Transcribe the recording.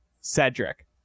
Cedric